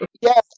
Yes